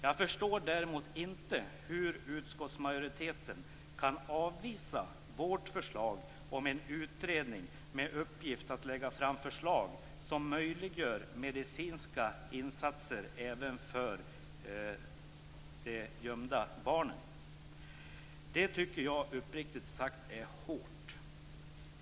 Jag förstår däremot inte hur utskottsmajoriteten kan avvisa vårt förslag om att man skall tillsätta en utredning med uppgift att lägga fram förslag som möjliggör medicinska insatser även för gömda barn. Det tycker jag, uppriktigt sagt, är hårt.